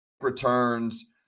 Returns